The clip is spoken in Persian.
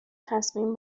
تصمیم